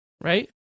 right